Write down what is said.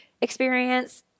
experience